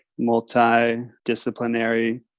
multidisciplinary